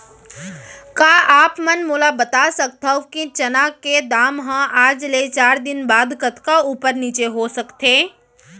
का आप मन मोला बता सकथव कि चना के दाम हा आज ले चार दिन बाद कतका ऊपर नीचे हो सकथे?